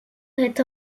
est